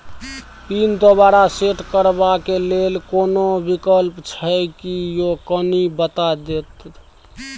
Pin दोबारा set करबा के लेल कोनो विकल्प छै की यो कनी बता देत?